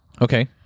Okay